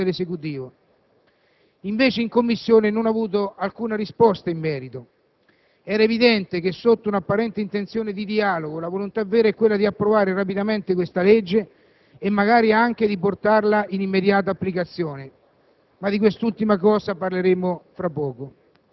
quella del controllo e della verifica sull'attività dell'Esecutivo. Invece in Commissione non ho avuto alcuna risposta in merito. Era evidente che, sotto un'apparente intenzione di dialogo, la volontà vera è quella di approvare rapidamente questa legge e, magari, anche di portarla in immediata applicazione